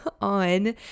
on